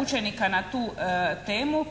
učenika na tu temu,